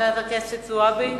חברת הכנסת זועבי,